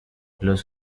los